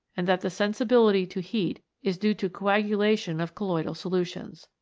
and that the sensibility to heat is due to coagula tion of colloidal solutions.